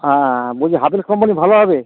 হ্যাঁ বলছি হ্যাভেলস কম্পানির ভালো হবে